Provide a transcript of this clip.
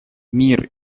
мир